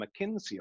McKinsey